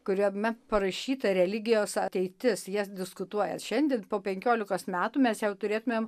kuriame parašyta religijos ateitis jas diskutuojat šiandien po penkiolikos metų mes jau turėtumėm